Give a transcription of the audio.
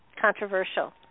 controversial